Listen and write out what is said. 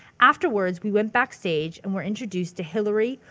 afterwards we went backstage and were introduced to hillary,